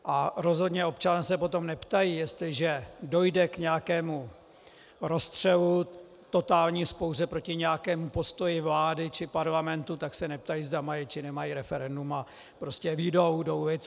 A rozhodně občané se potom neptají, jestliže dojde k nějakému rozstřelu, totální vzpouře proti nějakému postoji vlády či parlamentu, tak se neptají, zda mají, či nemají referendum, a prostě vyjdou do ulic.